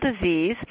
disease